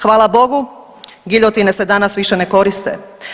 Hvala bogu, giljotine se danas više ne koriste.